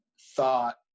thought